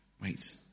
wait